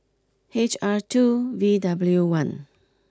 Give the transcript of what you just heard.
H R two V W one